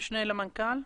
המשנה למנכ"ל?